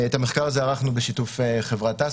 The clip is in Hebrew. את המחקר הזה ערכנו בשיתוף חברת TASC,